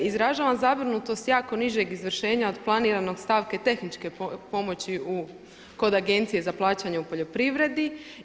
Izražavam zabrinutost jako nižeg izvršenja od planiranog stavke tehničke pomoći kod Agencije za plaćanje u poljoprivredi.